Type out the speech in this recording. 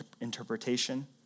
interpretation